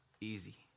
easy